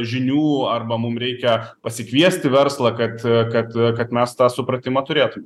žinių arba mum reikia pasikviesti verslą kad kad kad mes tą supratimą turėtume